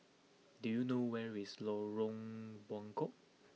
do you know where is Lorong Buangkok